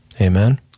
Amen